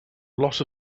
lot